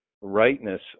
rightness